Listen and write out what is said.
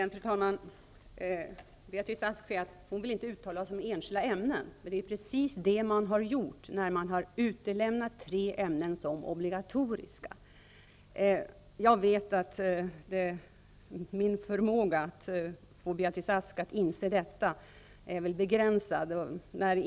Fru talman! Beatrice Ask säger att hon inte vill uttala sig om enskilda ämnen. Men det är precis vad som har gjorts i och med att tre ämnen har utelämnats som obligatoriska. Min förmåga att få Beatrice Ask att inse detta är nog begränsad.